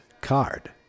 card